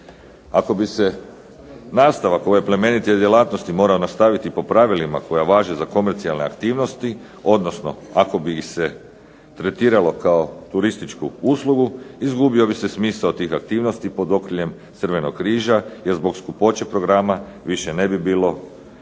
Ako bi se nastavak ove plemenite djelatnosti morao nastaviti po pravilima koje važe za komercijalne aktivnosti, odnosno ako bi ih se tretiralo kao turističku uslugu, izgubio bi se smisao tih aktivnosti pod okriljem Crvenog križa, jer zbog skupoće programa više ne bi bio namijenjen